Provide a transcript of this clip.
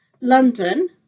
London